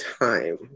time